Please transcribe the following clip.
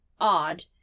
odd